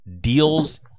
deals